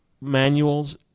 manuals